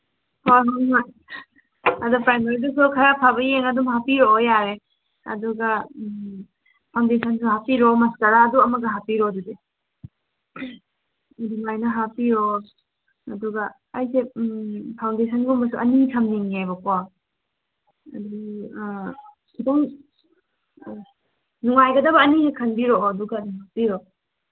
ꯍꯣꯏ ꯍꯣꯏ ꯍꯣꯏ ꯑꯗꯣ ꯄ꯭ꯔꯥꯏꯃꯔꯗꯨꯁꯨ ꯈꯔ ꯑꯐꯕ ꯌꯦꯡꯉꯒ ꯑꯗꯨꯝ ꯍꯥꯞꯄꯤꯔꯛꯑꯣ ꯌꯥꯔꯦ ꯑꯗꯨꯒ ꯐꯥꯎꯟꯗꯦꯁꯟꯁꯨ ꯍꯥꯞꯄꯤꯔꯣ ꯃꯁꯀꯔꯥꯁꯨ ꯑꯃꯒ ꯍꯥꯞꯄꯤꯔꯣ ꯑꯗꯨꯗꯤ ꯑꯗꯨꯃꯥꯏꯅ ꯍꯥꯞꯄꯤꯌꯣ ꯑꯗꯨꯒ ꯑꯩꯁꯦ ꯐꯥꯎꯟꯗꯦꯁꯟꯒꯨꯝꯕꯁꯨ ꯑꯅꯤ ꯊꯝꯅꯤꯡꯉꯦꯕꯀꯣ ꯑꯗꯨ ꯈꯤꯇꯪ ꯅꯨꯡꯉꯥꯏꯒꯗꯕ ꯑꯅꯤ ꯍꯦꯛ ꯈꯟꯕꯤꯔꯛꯑꯣ ꯑꯗꯨꯒ ꯍꯥꯞꯄꯤꯔꯣ